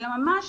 אלא ממש